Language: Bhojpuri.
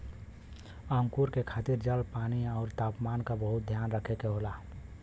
अंकुरण के खातिर जल, पानी आउर तापमान क बहुत ध्यान रखे के होला